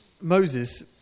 Moses